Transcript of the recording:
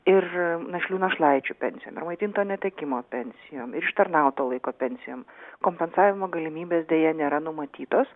ir našlių našlaičių pensijom ir maitintojo netekimo pensijom ir ištarnauto laiko pensijom kompensavimo galimybės deja nėra numatytos